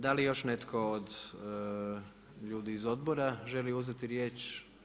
Da li još netko od ljudi iz odbora želi uzeti riječ?